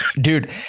Dude